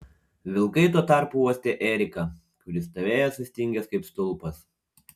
vilkai tuo tarpu uostė eriką kuris stovėjo sustingęs kaip stulpas